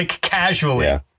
casually